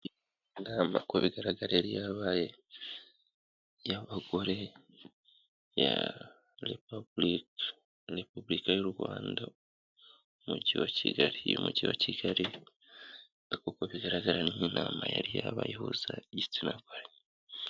Inama ku bigaragara yari yabaye, y'abagore ya repubulika y'u Rwanda mu mujyi wa Kigali, uyu mujyi wa Kigali, kuko bigaragara ni nk'inama yari yabaye ihuza igitsina gore.